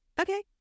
Okay